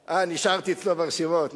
אה, נשארתי אצלו ברשימות.